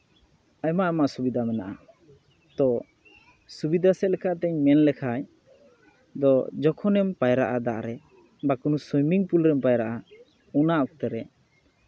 ᱟᱭᱢᱟ ᱟᱭᱢᱟ ᱥᱩᱵᱤᱫᱟ ᱢᱮᱱᱟᱜᱼᱟ ᱛᱚ ᱥᱩᱵᱤᱫᱟ ᱥᱮᱫ ᱞᱮᱠᱟᱛᱤᱧ ᱢᱮᱱ ᱞᱮᱠᱷᱟᱡ ᱫᱚ ᱡᱚᱠᱷᱚᱱᱮᱢ ᱯᱟᱭᱨᱟᱜᱼᱟ ᱫᱟᱜ ᱨᱮ ᱵᱟᱝᱠᱷᱟᱱ ᱥᱩᱭᱱᱤᱝ ᱯᱩᱞ ᱨᱮᱢ ᱯᱟᱭᱨᱟᱜᱼᱟ ᱚᱱᱟ ᱚᱠᱛᱮ ᱨᱮ